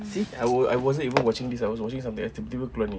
see I was I wasn't even watching this I was watching something else tiba-tiba keluar ini